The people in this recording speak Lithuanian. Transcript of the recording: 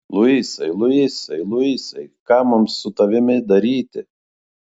luisai luisai luisai ką mums su tavimi daryti